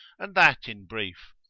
and that in brief.